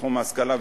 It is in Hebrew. בתחום ההשכלה,